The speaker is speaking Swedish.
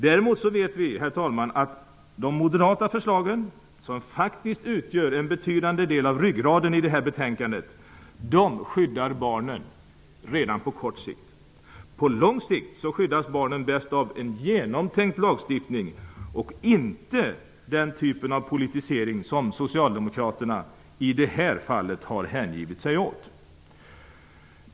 Vi vet däremot, herr talman, att de moderata förslagen, som faktiskt utgör en betydande del av ryggraden i betänkandet, skyddar barnen redan på kort sikt. På lång sikt skyddas barn bäst av en genomtänkt lagstiftning och inte av den typ av politisering som socialdemokraterna i det här fallet hängivit sig åt.